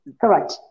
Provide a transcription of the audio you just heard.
correct